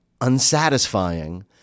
unsatisfying